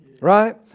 right